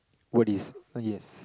what is uh yes